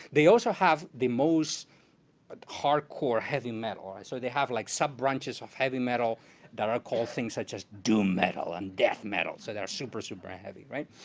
they also have the most but hardcore heavy metal, so they have like subbranches of heavy metal that are things such as doom metal, and death metal. so they're super, super heavy, right?